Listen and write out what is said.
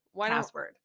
password